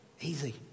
Easy